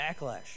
backlash